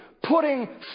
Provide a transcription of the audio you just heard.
putting